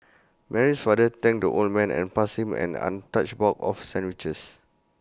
Mary's father thanked the old man and passed him an untouched box of sandwiches